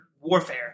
warfare